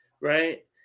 right